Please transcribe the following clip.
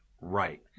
right